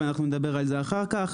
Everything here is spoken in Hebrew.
ואנחנו נדבר על זה אחר כך.